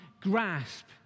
grasp